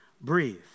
breathe